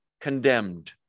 condemned